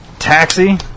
Taxi